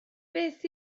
beth